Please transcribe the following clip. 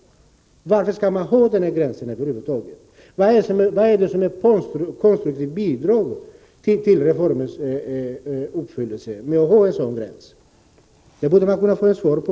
Varför skall man ha den här gränsen över huvud taget? Vad är det för konstruktivt bidrag till måluppfyllelsen att ha en sådan tidsgräns? Detta borde det gå att få svar på.